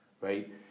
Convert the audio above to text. right